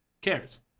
cares